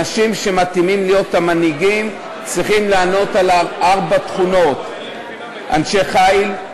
אנשים שמתאימים להיות המנהיגים צריכים לענות על ארבע תכונות: אנשי חיל,